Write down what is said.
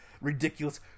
ridiculous